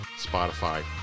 Spotify